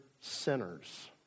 sinners